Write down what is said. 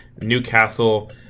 Newcastle